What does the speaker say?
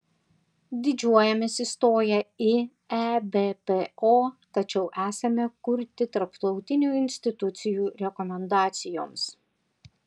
didžiuojamės įstoję į ebpo tačiau esame kurti tarptautinių institucijų rekomendacijoms